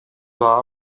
dda